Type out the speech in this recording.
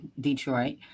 Detroit